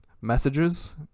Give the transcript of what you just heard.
messages